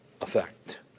effect